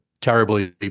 terribly